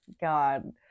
God